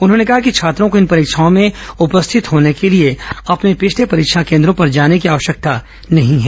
उन्होंने कहा कि छात्रों को इन परीक्षाओं में उपस्थित होने के लिए अपने पिछले परीक्षा केंद्रों पर जाने की आवश्यकता नहीं है